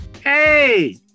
Hey